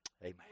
amen